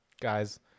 Guys